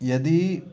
यदि